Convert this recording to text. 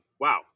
Wow